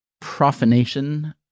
profanation